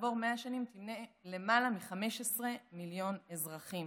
וכעבור 100 שנים תמנה למעלה מ-15 מיליון אזרחים.